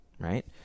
right